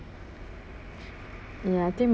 ya I think